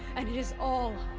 and it is all.